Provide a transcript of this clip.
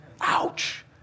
Ouch